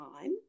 time